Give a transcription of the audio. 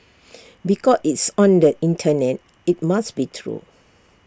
because it's on the Internet IT must be true